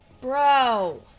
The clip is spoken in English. Bro